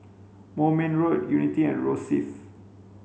Moulmein Road Unity and Rosyth